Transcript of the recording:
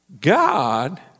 God